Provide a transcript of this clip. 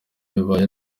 bibaye